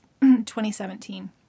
2017